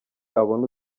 abona